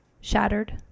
shattered